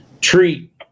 treat